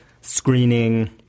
screening